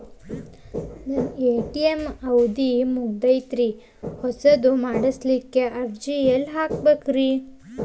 ನನ್ನ ಎ.ಟಿ.ಎಂ ಅವಧಿ ಮುಗದೈತ್ರಿ ಹೊಸದು ಮಾಡಸಲಿಕ್ಕೆ ಅರ್ಜಿ ಎಲ್ಲ ಕೊಡತಾರ?